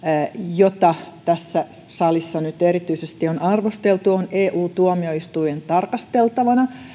jota tässä salissa nyt erityisesti on arvosteltu on eu tuomioistuimen tarkasteltavana